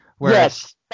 Yes